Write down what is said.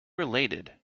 related